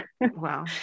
Wow